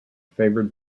favoured